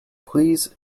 please